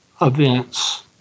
events